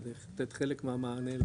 לתת חלק מהמענה,